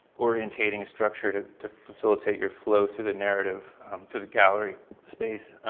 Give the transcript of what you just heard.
orientating a structure to to facilitate your flow through the narrative to the gallery space